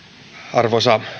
arvoisa